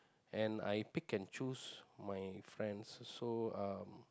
and I pick and choose my friends so um